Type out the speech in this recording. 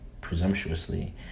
presumptuously